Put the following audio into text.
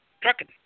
trucking